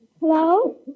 Hello